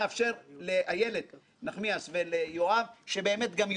התפקיד והחובה שלנו כחברי כנסת הוא לפקח על הרגולטורים.